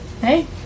hey